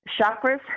Chakras